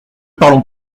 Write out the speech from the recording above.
parlons